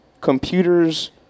computers